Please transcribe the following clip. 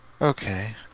Okay